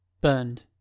Burned